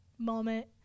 moment